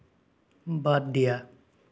বাদ দিয়া